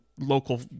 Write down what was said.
local